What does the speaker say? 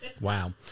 Wow